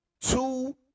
two